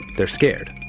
they're scared